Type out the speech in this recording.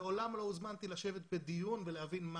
מעולם לא הוזמנתי לשבת בדיון ולהבין מה